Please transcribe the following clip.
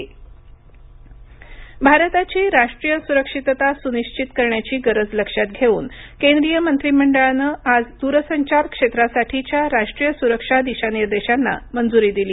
केंद्रीय मंत्रिमंडळ निर्णय भारताची राष्ट्रीय सुरक्षितता सुनिश्वित करण्याची गरज लक्षात घेऊन केंद्रीय मंत्रिमंडळानं आज दूरसंचार क्षेत्रासाठीच्या राष्ट्रीय सुरक्षा दिशानिर्देशांना मंजुरी दिली